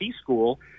school